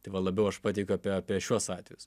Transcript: tai va labiau aš pateikiu apie apie šiuos atvejus